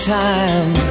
time